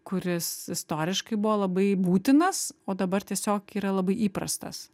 kuris istoriškai buvo labai būtinas o dabar tiesiog yra labai įprastas